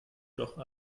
doch